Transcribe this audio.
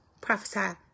Prophesy